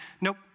Nope